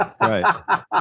Right